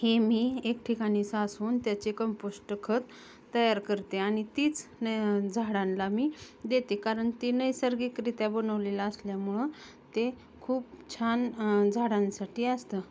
हे मी एक ठिकाणी साचवून त्याचे कंपोष्ट खत तयार करते आणि तीच न झाडांना मी देते कारण ती नैसर्गिकरीत्या बनवलेलं असल्यामुळं ते खूप छान झाडांसाठी असतं